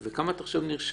כמה אתה חושב נרשמים?